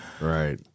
Right